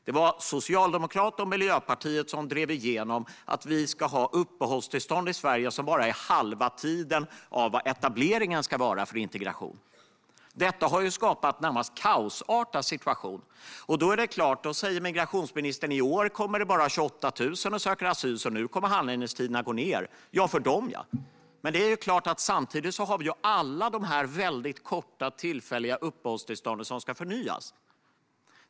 Det var Socialdemokraterna och Miljöpartiet som drev igenom att det i Sverige ska finnas uppehållstillstånd som bara är hälften så långa som etableringen för integration. Detta har skapat en närmare kaosartad situation. Migrationsministern säger: I år kommer det bara 28 000 och söker asyl; nu kommer alltså handläggningstiderna att kortas. Ja, för dem! Men samtidigt ska alla de väldigt korta tillfälliga uppehållstillstånden förnyas.